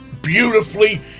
Beautifully